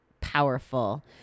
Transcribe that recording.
powerful